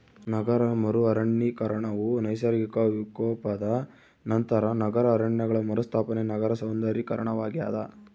ನಗರ ಮರು ಅರಣ್ಯೀಕರಣವು ನೈಸರ್ಗಿಕ ವಿಕೋಪದ ನಂತರ ನಗರ ಅರಣ್ಯಗಳ ಮರುಸ್ಥಾಪನೆ ನಗರ ಸೌಂದರ್ಯೀಕರಣವಾಗ್ಯದ